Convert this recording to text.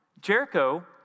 Jericho